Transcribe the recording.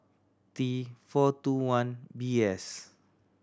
t four two one B S